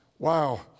Wow